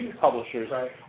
publishers